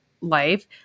life